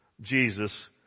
Jesus